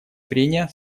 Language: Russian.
прения